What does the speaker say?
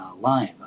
live